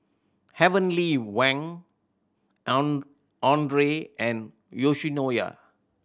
Heavenly Wang Andre and Yoshinoya